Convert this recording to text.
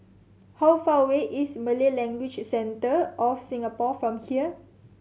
how far away is Malay Language Centre of Singapore from here